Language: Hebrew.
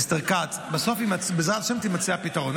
מיסטר כץ, בסוף, בעזרת השם, יימצא הפתרון.